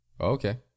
Okay